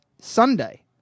Sunday